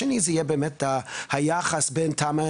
השני, יהיה היחס בין תמ"א